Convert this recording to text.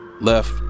left